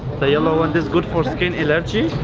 the yellow one. is good for skin allergies.